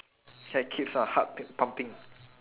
that keeps our heart p~ pumping